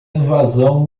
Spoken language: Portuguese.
invasão